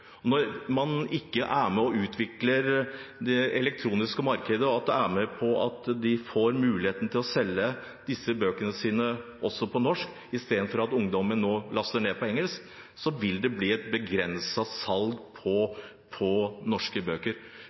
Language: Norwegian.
Når man ikke er med og utvikler det elektroniske markedet, og det er med på at de får muligheten til å selge bøkene sine også på norsk istedenfor at ungdommen nå laster ned på engelsk, vil det bli et begrenset salg av norske bøker.